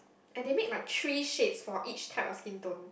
and they make like three shades for each type of skin tone